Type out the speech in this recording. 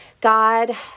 God